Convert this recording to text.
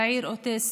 צעיר אוטיסט,